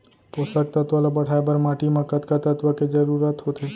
पोसक तत्व ला बढ़ाये बर माटी म कतका तत्व के जरूरत होथे?